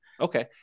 Okay